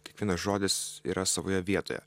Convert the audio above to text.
kiekvienas žodis yra savoje vietoje